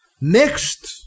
Next